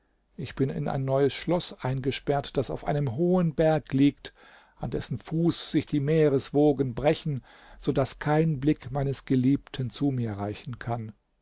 ich bin in ein neues schloß eingesperrt das auf einem hohen berg liegt an dessen fuß sich die meereswogen brechen so daß kein blick meines geliebten zu mir reichen kann